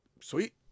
sweet